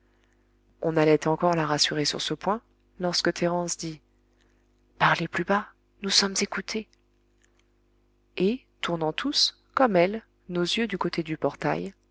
on allait encore la rassurer sur ce point lorsque thérence dit parlez plus bas nous sommes écoutés et tournant tous comme elle nos yeux du côté du portail